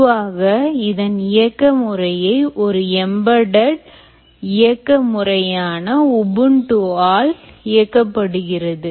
பொதுவாக இதன் இயக்க முறைமை ஒரு embeddedஇயக்க முறைமையான ubuntu ஆல் இயக்கப்படுகிறது